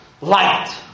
light